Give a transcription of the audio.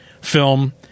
film